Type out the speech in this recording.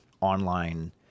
online